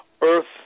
earth